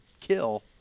kill